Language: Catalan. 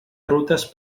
rutes